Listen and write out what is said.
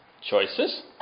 Choices